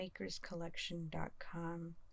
makerscollection.com